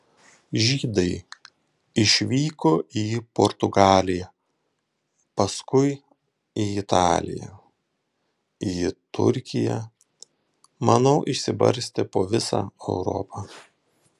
žydai išvyko į portugaliją paskui į italiją į turkiją manau išsibarstė po visą europą